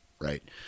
Right